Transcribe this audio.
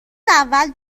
اول